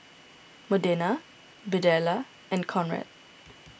Modena Birdella and Conrad